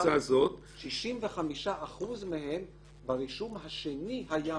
מאסר -- 65% מהם ברישום השני היה מאסר.